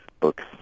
books